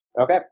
Okay